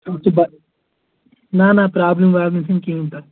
سُہ چھِ نَہ نَہ پرٛابلِم ورابلِم چَھنہٕ کِہیٖنۍ تتھ